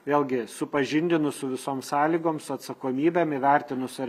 vėlgi supažindinus su visom sąlygom su atsakomybėm įvertinus ar